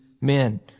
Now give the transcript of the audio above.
men